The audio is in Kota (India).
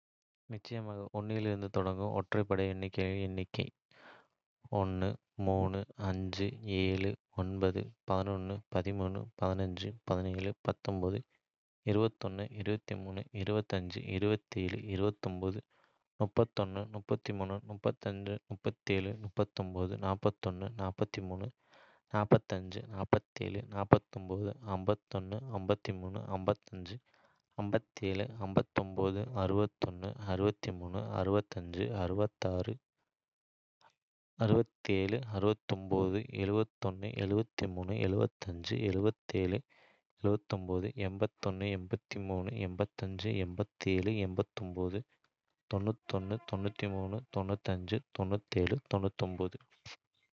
நிச்சயமாக! 1 இலிருந்து தொடங்கும் ஒற்றைப்படை எண்களின் எண்ணிக்கை இங்கே: 1, 3, 5, 7, 9, 11, 13, 15, 17, 19, 21, 23, 25, 27, 29, 31, 33, 35, 37, 39, 41, 43, 45, 47, 49, 51, 53, 55, 57, 59, 61, 63, 65, 67, 69, 71, 73, 75, 77, 79, 81, 83, 85, 87, 89, 91, 93, 95, 97, 99